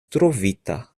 trovita